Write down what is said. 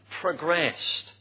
progressed